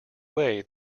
way